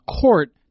court